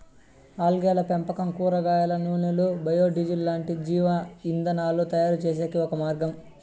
ఆల్గేల పెంపకం కూరగాయల నూనెలు, బయో డీజిల్ లాంటి జీవ ఇంధనాలను తయారుచేసేకి ఒక మార్గం